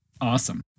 Awesome